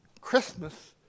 Christmas